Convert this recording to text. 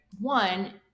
one